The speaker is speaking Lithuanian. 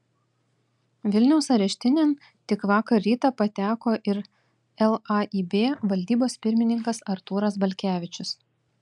vilniaus areštinėn tik vakar rytą pateko ir laib valdybos pirmininkas artūras balkevičius